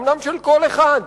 אומנם של קול אחד,